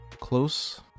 close